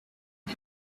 you